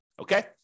okay